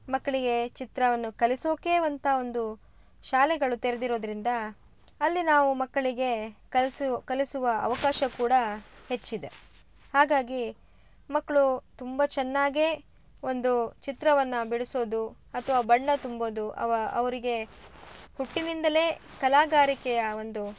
ಮಕ್ಕಳಿಗೆ ಚಿತ್ರವನ್ನು ಕಲಿಸೋಕೆ ಅಂತ ಒಂದು ಶಾಲೆಗಳು ತೆರೆದು ಇರೋದರಿಂದ ಅಲ್ಲಿ ನಾವು ಮಕ್ಕಳಿಗೇ ಕಲಿಸು ಕಲಿಸುವ ಅವಕಾಶ ಕೂಡಾ ಹೆಚ್ಚಿದೆ ಹಾಗಾಗಿ ಮಕ್ಕಳು ತುಂಬ ಚೆನ್ನಾಗೇ ಒಂದು ಚಿತ್ರವನ್ನು ಬಿಡಿಸೋದು ಅಥ್ವಾ ಬಣ್ಣ ತುಂಬೋದು ಅವ ಅವರಿಗೆ ಹುಟ್ಟಿನಿಂದಲೇ ಕಲಾಗಾರಿಕೆಯ ಒಂದು